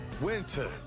Winter